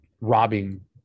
robbing